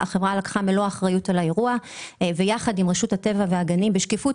החברה לקחה מלוא אחריות על האירוע ויחד עם רשות הטבע והגנים שיקמה